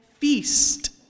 Feast